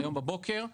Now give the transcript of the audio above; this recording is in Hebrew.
היום בבוקר,